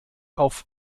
auf